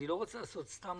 אני לא רוצה לעשות סתם